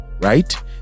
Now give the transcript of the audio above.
right